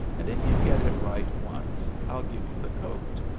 and if you get it right once i'll give you the coat,